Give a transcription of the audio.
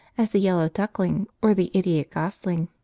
as the yellow duckling or the idiot gosling.